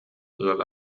ыал